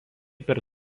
per